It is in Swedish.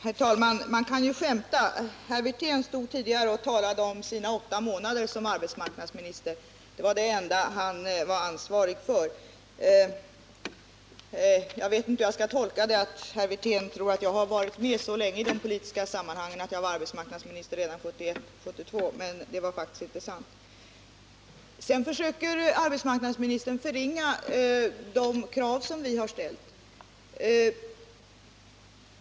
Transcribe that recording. Herr talman! Man kan ju skämta. Herr Wirtén stod tidigare och talade om sina åtta månader som arbetsmarknadsminister. Det var det enda han var ansvarig för. Jag vet inte om jag skall tolka det som att herr Wirtén tror att jag har varit med så länge i de politiska sammanhangen att jag var arbetsmarknadsminister 1971 och 1972, Så förhåller det sig faktiskt inte. Sedan försökte arbetsmarknadsministern förringa de krav som vi har ställt.